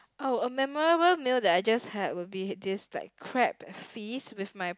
oh a memorable meal I just had would be this like crab feast with my